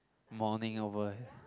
mourning over